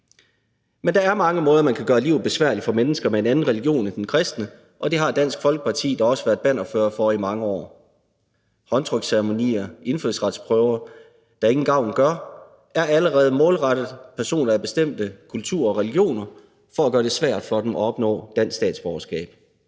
Men der er mange måder, man kan gøre livet besværligt på for mennesker med en anden religion end den kristne, og det har Dansk Folkeparti da også været bannerfører for i mange år: Håndtryksceremonier og indfødsretsprøver, der ingen gavn gør, er allerede målrettet personer af bestemte kulturer og religioner for at gøre det svært for dem at opnå dansk statsborgerskab.